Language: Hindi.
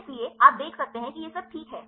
इसलिए आप देख सकते हैं कि यह सब ठीक है